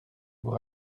vous